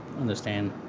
understand